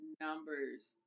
numbers